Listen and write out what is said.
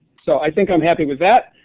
so i think i'm happy with that.